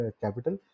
capital